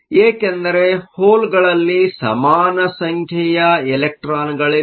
ಏಕೆಂದರೆ ಹೋಲ್ಗಳಲ್ಲಿ ಸಮಾನ ಸಂಖ್ಯೆಯ ಎಲೆಕ್ಟ್ರಾನ್ ಗಳಿಲ್ಲ